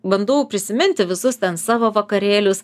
bandau prisiminti visus ten savo vakarėlius